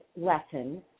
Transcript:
lesson